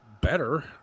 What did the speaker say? better